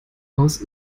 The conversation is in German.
aus